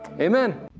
amen